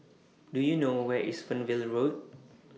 Do YOU know Where IS Fernvale Road